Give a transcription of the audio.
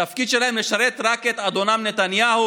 התפקיד שלהם הוא לשרת רק את אדונם נתניהו?